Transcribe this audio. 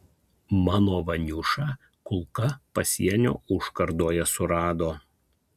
mano vaniušą kulka pasienio užkardoje surado